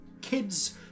kids